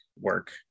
work